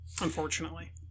unfortunately